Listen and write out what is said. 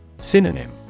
Synonym